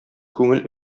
күңел